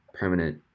permanent